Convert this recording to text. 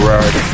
Right